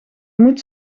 moet